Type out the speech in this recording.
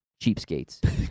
Cheapskates